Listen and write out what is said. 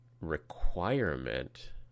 requirement